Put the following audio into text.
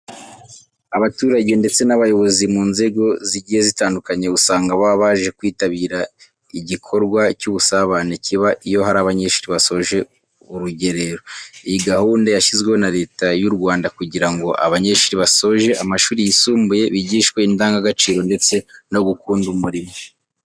Abaturage ndetse n'abayobozi mu nzego zigiye zitandukanye usanga baba baje kwitabira igikorwa cy'ubusabane kiba iyo hari abanyeshuri basoje urugerero. Iyi gahunda yashyizweho na Leta y'u Rwanda kugira ngo abanyeshuri basoje amashuri yisumbuye bigishwe indangagaciro ndetse no gukunda umurimo.